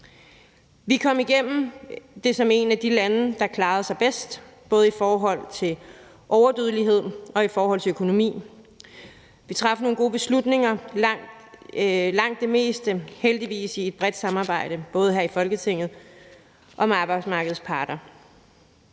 Vi kom igennem det som et af de lande, der klarede sig bedst, både i forhold til overdødelighed og i forhold til økonomi. Langt de fleste gange traf vi nogle gode beslutninger og heldigvis i et bredt samarbejde, både her i Folketinget og med arbejdsmarkedets parter.